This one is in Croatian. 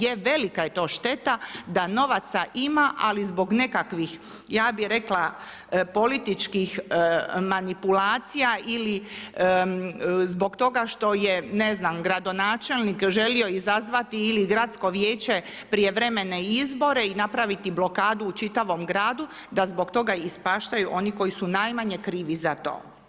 Je velika je to šteta, da novaca ima ali zbog nekakvih ja bih rekla političkih manipulacija ili zbog toga što je ne znam gradonačelnik želio izazvati ili gradsko vijeće, prijevremene izbore i napraviti blokadu u čitavom gradu, da zbog toga ispaštaju oni koji su najmanje krivi za to.